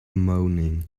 moaning